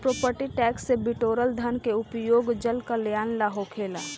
property tax से बिटोरल धन के उपयोग जनकल्यान ला होखेला